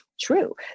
true